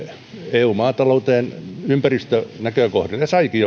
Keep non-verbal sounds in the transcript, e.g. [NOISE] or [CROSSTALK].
eun maatalouteen ympäristönäkökohdin ja saikin [UNINTELLIGIBLE]